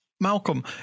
Malcolm